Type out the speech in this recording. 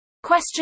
Question